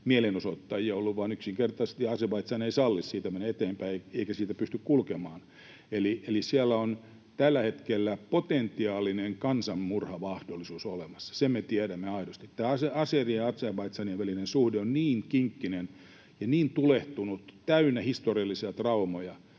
mielenosoittajia ollut, vaan yksinkertaisesti Azerbaidžan ei salli siitä mennä eteenpäin, eikä siitä pysty kulkemaan — eli siellä on tällä hetkellä potentiaalinen kansanmurhamahdollisuus olemassa, sen me tiedämme aidosti. Tämä azerien ja Azerbaidžanin välinen suhde on niin kinkkinen ja niin tulehtunut, täynnä historiallisia traumoja,